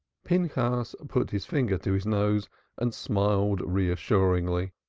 pinchas put his finger to his nose and smiled reassuringly.